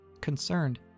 Concerned